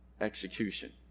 execution